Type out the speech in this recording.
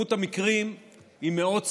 מספר המקרים הוא מאות ספורות.